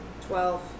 twelve